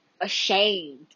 ashamed